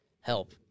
help